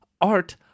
art